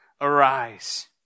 arise